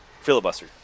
filibuster